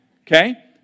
okay